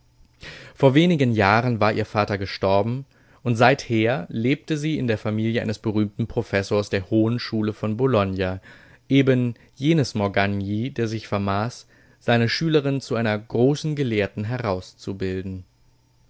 vor wenigen jahren war ihr vater gestorben und seither lebte sie in der familie eines berühmten professors der hohen schule von bologna eben jenes morgagni der sich vermaß seine schülerin zu einer großen gelehrten heranzubilden